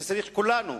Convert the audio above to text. כולנו,